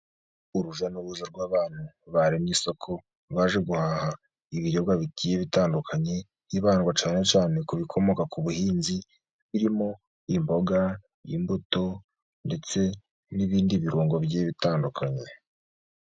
Urujya n'uruza rw'abantu baremye isoko baje guhaha ibiribwa bigiye bitandukanye hibandwa cyane cyane ku bikomoka ku buhinzi birimo imboga N'imbuto ndetse n'ibindi birungo bigiye bitandukanye.